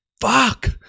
Fuck